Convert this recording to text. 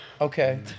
Okay